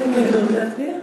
אין התנגדות.